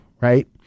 Right